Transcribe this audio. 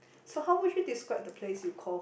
so how would you describe the places you call home